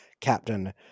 captain